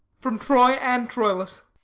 from troy and troilus.